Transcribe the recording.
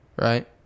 Right